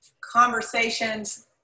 conversations